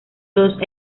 todos